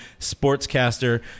Sportscaster